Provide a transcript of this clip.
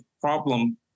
problem